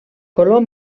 color